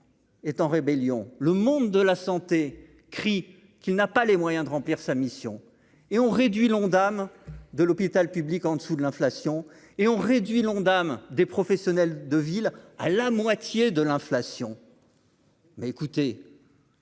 est en rébellion Le monde de la santé cri qui n'a pas les moyens de remplir sa mission et on réduit l'Ondam de l'hôpital public en dessous de l'inflation et on réduit l'Ondam, des professionnels de ville à la moitié de l'inflation. Mais écoutez,